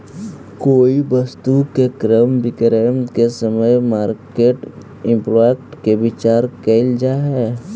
कोई वस्तु के क्रय विक्रय के समय मार्केट इंपैक्ट के विचार कईल जा है